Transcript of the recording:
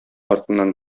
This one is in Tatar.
артыннан